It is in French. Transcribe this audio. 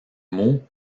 mots